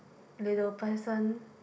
little person